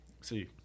See